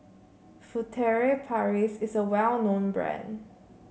Furtere Paris is a well known brand